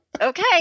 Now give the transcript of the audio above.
Okay